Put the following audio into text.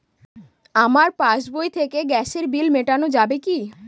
আমার পাসবই থেকে গ্যাসের বিল মেটানো যাবে কি?